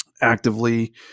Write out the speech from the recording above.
actively